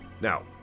Now